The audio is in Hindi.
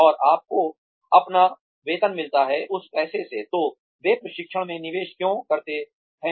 और आपको अपना वेतन मिलता है उस पैसे से तो वे प्रशिक्षण में निवेश क्यों करते हैं